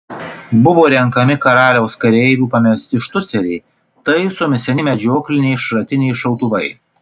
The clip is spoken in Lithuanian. buvo renkami karaliaus kareivių pamesti štuceriai taisomi seni medžiokliniai šratiniai šautuvai